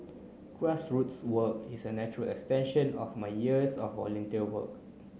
grassroots work is a natural extension of my years of volunteer work